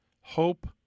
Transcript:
hope